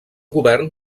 govern